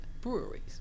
breweries